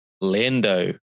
Lando